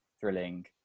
thrilling